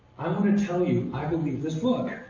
i want to tell you, i believe this book.